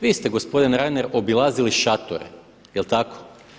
Vi ste gospodine Reiner obilazili šatore, jel tako?